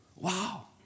Wow